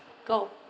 go